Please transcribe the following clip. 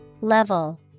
Level